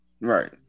Right